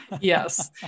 Yes